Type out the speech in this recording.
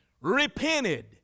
repented